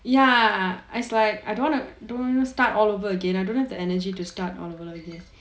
ya it's like I don't want to do this you know start all over again I don't have the energy to start all over again